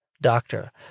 Doctor